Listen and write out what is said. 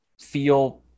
feel